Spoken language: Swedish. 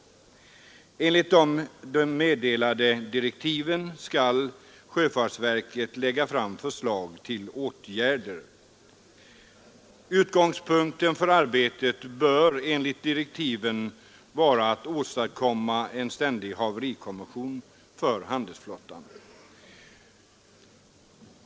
Enligt de meddelade direktiven skall sjöfartsverket lägga fram förslag till åtgärder. Utgångspunkten för arbetet bör enligt direktiven vara att åstadkomma en ständig haverikommission för handelsflottan.